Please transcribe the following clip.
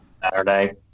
Saturday